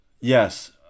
yes